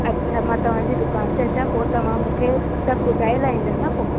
अच्छा मां तव्हांजी दुकान ते अचां पोइ तव्हां मूंखे सभु ॿुधाए लाईंदा न पोइ